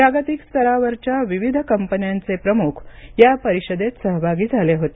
जागतिक स्तरावरच्या विविध कंपन्यांचे प्रमुख या परिषदेत सहभागी झाले होते